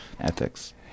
ethics